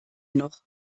noch